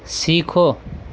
سیکھو